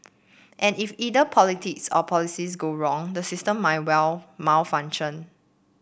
and if either politics or policies go wrong the system might well malfunction